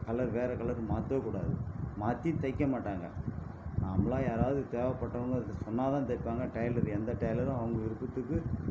colour வேறு colour மாற்றவே கூடாது மாற்றி தைக்க மாட்டாங்க நாம்பளா யாராவது தேவைப்பட்டவங்க அதை சொன்னால் தான் தைப்பாங்க டைலரு எந்த டைலரும் அவங்க விருப்பத்துக்கு